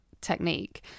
technique